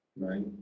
right